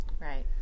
right